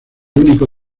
único